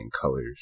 Colors